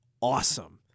awesome